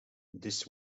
this